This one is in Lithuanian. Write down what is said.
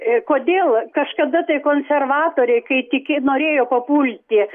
ee kodėl kažkada tai konservatoriai kai tik e norėjo papulti